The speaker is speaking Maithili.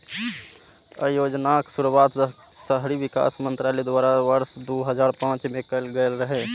अय योजनाक शुरुआत शहरी विकास मंत्रालय द्वारा वर्ष दू हजार पांच मे कैल गेल रहै